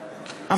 ממש.